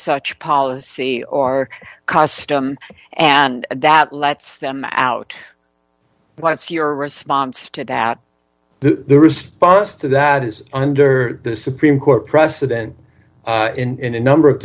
such policy or custom and that lets them out what's your response to that the response to that is under the supreme court precedent in a number of